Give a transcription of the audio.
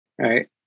Right